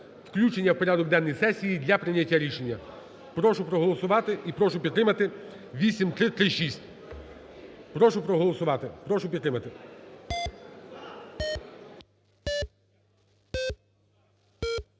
включення в порядок денний для прийняття рішення. Прошу проголосувати і прошу підтримати 8336. Прошу проголосувати, прошу підтримати.